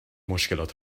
مشکلات